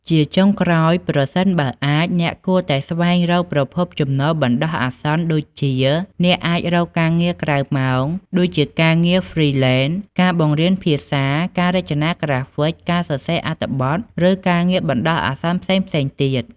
ជាចុងក្រោយ ប្រសិនបើអាច អ្នកគួរតែស្វែងរកប្រភពចំណូលបណ្ដោះអាសន្នដូចជាអ្នកអាចរកការងារក្រៅម៉ោង ដូចជាការងារ ហ្វ្រីលែន ការបង្រៀនភាសា ការរចនាក្រាហ្វិក ការសរសេរអត្ថបទ ឬការងារបណ្ដោះអាសន្នផ្សេងៗទៀត ។